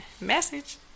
message